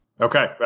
Okay